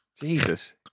Jesus